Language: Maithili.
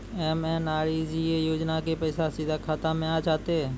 एम.एन.आर.ई.जी.ए योजना के पैसा सीधा खाता मे आ जाते?